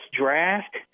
draft